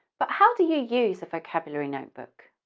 but how do you use avocabulary notebook?